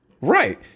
Right